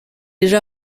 déjà